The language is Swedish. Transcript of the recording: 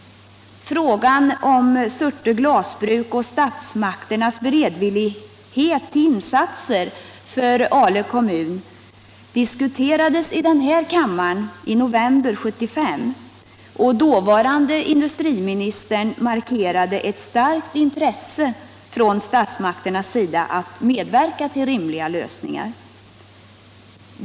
Frågan om Surte glasbruk och statsmakternas beredvillighet att göra insatser i Ale kommun diskuterades i den här kammaren i november 1975. Den dåvarande industriministern markerade ett starkt intresse från statsmakternas sida att medverka till rimliga lösningar.